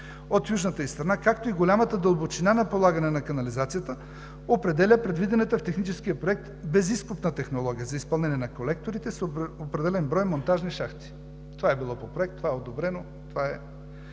от южната ѝ страна, както и голямата дълбочина на полагане на канализацията, определя предвидената в техническия проект безизкопна технология за изпълнение на колекторите с определен брой монтажни шахти. Това е било по проект, това е одобрено, това е